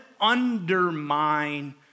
undermine